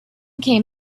came